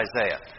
Isaiah